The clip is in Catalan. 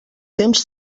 temps